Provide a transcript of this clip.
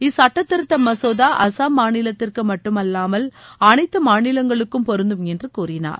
இச்சுட்ட திருத்த மசோதா அசாம் மாநிலத்திற்கு மட்டுமல்லாமல் அனைத்து மாநிலங்களுக்கும் பொருந்தும் என்று கூறினார்